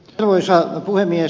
arvoisa puhemies